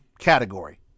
category